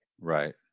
Right